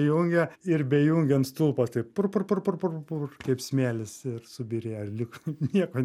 jungia ir bejungiant stulpas taip pur pur pur pur pur pur kaip smėlis ir subyrėjo lyg nieko